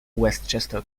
westchester